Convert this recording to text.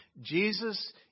Jesus